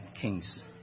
kings